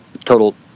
total